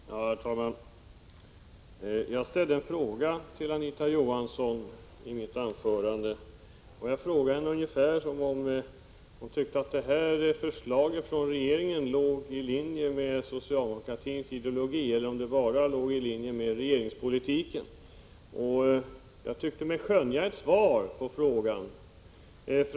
Herr talman! Jag ställde en fråga till Anita Johansson i mitt anförande. Jag frågade om hon tyckte att regeringens förslag låg i linje med socialdemokratins ideologi eller om det bara låg i linje med regeringspolitiken. Jag tyckte mig skönja ett svar på frågan.